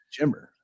Jimmer